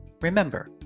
remember